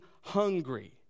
hungry